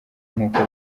nk’uko